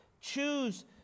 choose